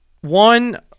one